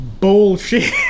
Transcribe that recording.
bullshit